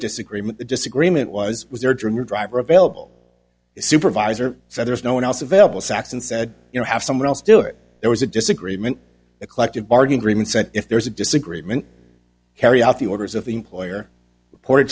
disagreement the disagreement was was there during the driver available supervisor said there's no one else available saxon said you know have someone else do it there was a disagreement a collective bargaining agreement if there's a disagreement carry out the orders of the employer